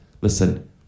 Listen